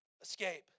escape